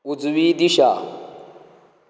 उजवी दिशा